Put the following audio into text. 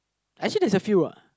actually there's a few uh